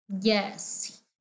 Yes